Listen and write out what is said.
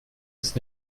ist